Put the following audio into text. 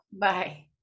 bye